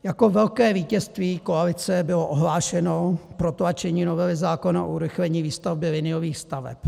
Jako velké vítězství koalice bylo ohlášeno protlačení novely zákona o urychlení výstavby liniových staveb.